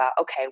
Okay